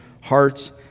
hearts